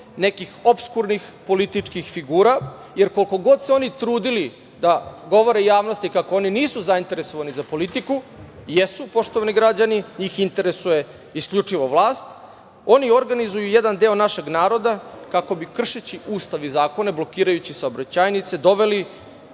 nekih opskurnih političkih figura, jer koliko god se oni trudili da govore javnosti kako oni nisu zainteresovani za politiku, jesu, poštovani građani, njih interesuje isključivo vlast. Oni organizuju jedan deo našeg naroda kako bi, kršeći Ustav i zakone, blokirajući saobraćajnice, doveli